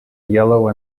yellow